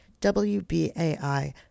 WBAI